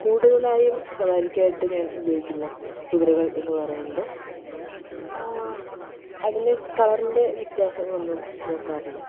കൂടുതലായും സവാരിക്കായി ഞാൻ ഉപയോഗിക്കുന്ന കുതിരകൾ എന്ന് പറയുന്നത് അതിന് കളറിൻ്റെ വ്യത്യാസങ്ങളൊന്നും നോക്കാറില്ല